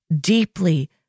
deeply